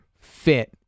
fit